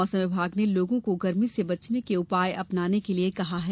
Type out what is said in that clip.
मौसम विभाग ने लोगों को गर्मी से बचने के उपाय अपनाने के लिए कहा है